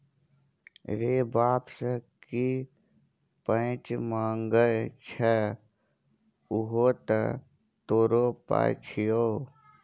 रे बाप सँ की पैंच मांगय छै उहो तँ तोरो पाय छियौ